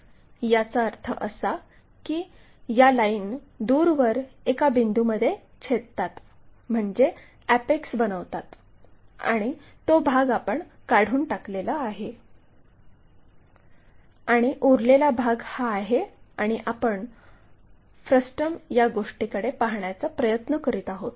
याचा अर्थ असा की या लाईन दूरवर एका बिंदूमध्ये छेदतात म्हणजे अॅपेक्स बनवतात आणि तो भाग आपण काढून टाकलेला आहे आणि उरलेला भाग हा आहे आणि आपण फ्रस्टम या गोष्टीकडे पाहण्याचा प्रयत्न करीत आहोत